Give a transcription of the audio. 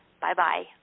Bye-bye